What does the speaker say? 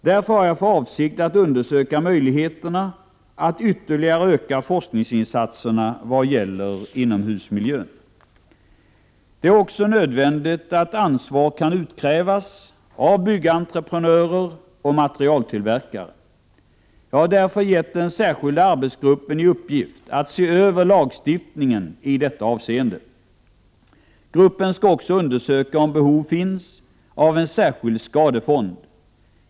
Därför har jag för avsikt att undersöka möjligheterna att ytterligare öka forskningsinsatserna vad gäller inomhusmiljön. Det är också nödvändigt att ansvar kan utkrävas av byggentreprenörer och materialtillverkare. Jag har därför gett den särskilda arbetsgruppen i uppgift att se över lagstiftningen i detta avseende. Gruppen skall också undersöka om behov finns av en särskild skadefond.